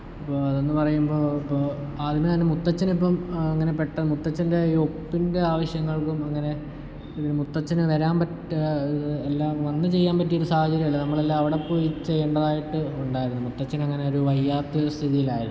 അപ്പോൾ അതെന്ന് പറയുമ്പോൾ അപ്പോൾ ആദ്യമേ തന്നെ മുത്തച്ഛനിപ്പോൾ അങ്ങനെ പെട്ടന്ന് മുത്തച്ഛൻ്റെ ഈ ഒപ്പിൻ്റെ ആവശ്യങ്ങൾക്കും അങ്ങനെ ഇവിടെ മുത്തച്ഛന് വരാൻ പറ്റാ എല്ലാം വന്ന് ചെയ്യാൻ പറ്റിയൊരു സാഹചര്യം അല്ല അങ്ങനെ അവിടെ പോയി ചെയ്യണ്ടതായിട്ട് ഉണ്ടായിരുന്നു മുത്തച്ഛനെങ്ങനെ ഒരു വയ്യാത്ത സ്ഥിതീലായിരുന്നു